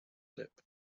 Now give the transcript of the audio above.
lip